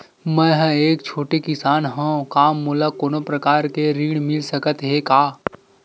मै ह एक छोटे किसान हंव का मोला कोनो प्रकार के ऋण मिल सकत हे का?